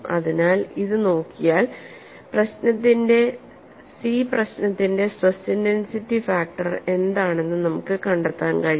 അതിനാൽ ഇത് നോക്കിയാൽ സി പ്രശ്നത്തിന്റെ സ്ട്രെസ് ഇന്റെൻസിറ്റി ഫാക്ടർ എന്താണെന്ന് നമുക്ക് കണ്ടെത്താൻ കഴിയും